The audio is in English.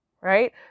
right